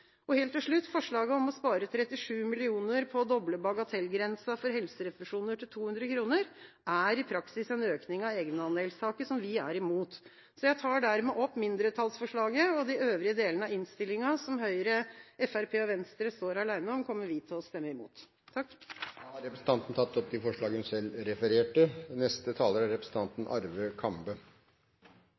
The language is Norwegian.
Og helt til slutt: Forslaget om å spare 37 mill. kr på å doble bagatellgrensa for helserefusjoner til 200 kr, er i praksis en økning av egenandelstaket, som vi er imot. Jeg tar dermed opp mindretallsforslaget. De delene av innstillinga som Høyre, Fremskrittspartiet og Venstre står alene om, kommer vi til å stemme imot. Da har representanten Lise Christoffersen tatt opp det forslaget hun refererte